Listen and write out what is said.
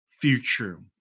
Future